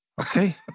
okay